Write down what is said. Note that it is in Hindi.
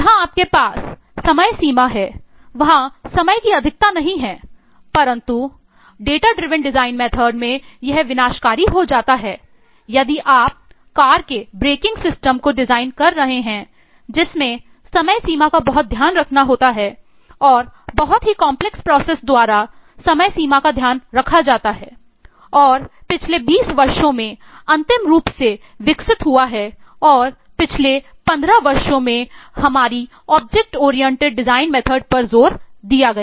जहाँ आपके पास समय सीमा है वहाँ समय की अधिकता नहीं है और परंतु डेटा ड्रिविन डिज़ाइन मेथड पर जोर दिया गया